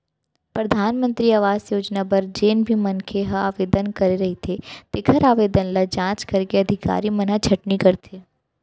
परधानमंतरी आवास योजना बर जेन भी मनखे ह आवेदन करे रहिथे तेखर आवेदन ल जांच करके अधिकारी मन ह छटनी करथे